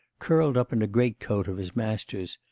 curled up in a great-coat of his master's,